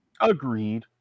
Agreed